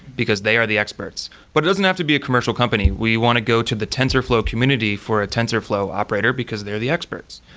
because they are the experts. but it doesn't have to be a commercial company. we want to go to the tensorflow community for a tensorflow operator, because they're the experts.